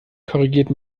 korrigiert